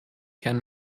herrn